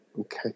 okay